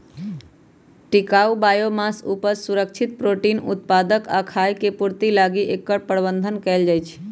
टिकाऊ बायोमास उपज, सुरक्षित प्रोटीन उत्पादक आ खाय के पूर्ति लागी एकर प्रबन्धन कएल जाइछइ